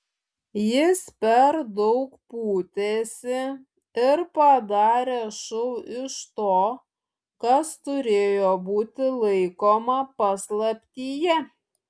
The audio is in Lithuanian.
jis per daug pūtėsi ir padarė šou iš to kas turėjo būti laikoma paslaptyje